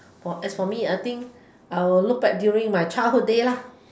for as for me I think I'll look back during my childhood day lah